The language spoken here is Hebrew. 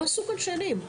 לא עשו כאן שנים,